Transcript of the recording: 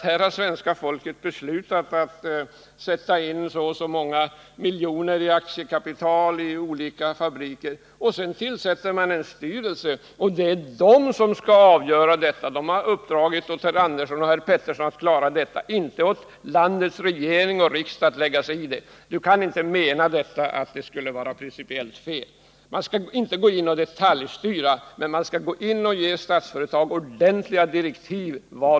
Här har svenska folket beslutat att satsa så och så många miljoner i aktiekapital i olika fabriker. Sedan tillsätter man en styrelse, och den skall avgöra vilket utvecklingsprogrammet skall vara! Svenska folket skulle alltså ha uppdragit åt herr Andersson och herr Petersson att klara detta, inte åt landets regering och riksdag. Johan Olsson kan inte mena detta. Man skall inte detaljstyra, men man skall ge Statsföretag ordentliga direktiv.